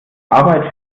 arbeit